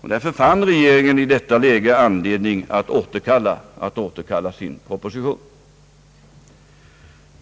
Regeringen fann därför i detta läge anledning att återkalla sin proposition.